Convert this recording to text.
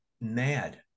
mad